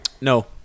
No